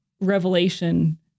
revelation